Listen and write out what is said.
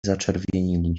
zaczerwienili